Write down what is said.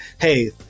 hey